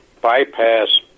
bypass